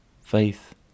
faith